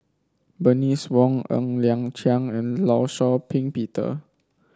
Bernice Wong Ng Liang Chiang and Law Shau Ping Peter